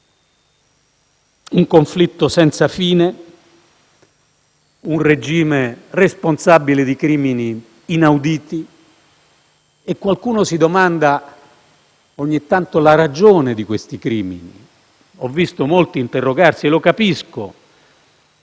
Un conflitto senza fine, un regime responsabile di crimini inauditi. Qualcuno si domanda ogni tanto la ragione di questi crimini. Ho visto molti interrogarsi - e lo capisco